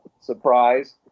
surprise